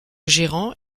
gérant